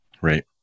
Right